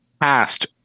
past